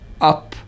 up